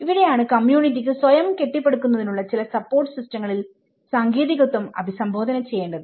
ഇവിടെയാണ് കമ്മ്യൂണിറ്റിക്ക് സ്വയം കെട്ടിപ്പടുക്കുന്നതിനുള്ള ചില സപ്പോർട്ട് സിസ്റ്റങ്ങളിൽ സാങ്കേതികത്വം അഭിസംബോധന ചെയ്യേണ്ടത്